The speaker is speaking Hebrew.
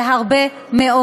זה הרבה מאוד.